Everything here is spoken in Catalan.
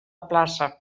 plaça